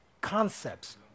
concepts